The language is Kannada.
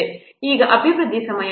ಈಗ ಅಭಿವೃದ್ಧಿ ಸಮಯ ಏನಾಗುತ್ತದೆ